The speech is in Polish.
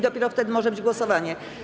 Dopiero wtedy może być głosowanie.